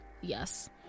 yes